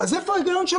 איפה ההיגיון?